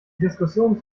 diskussion